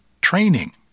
training